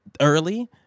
early